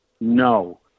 no